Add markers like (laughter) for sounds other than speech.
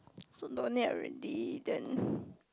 so no need already then (breath)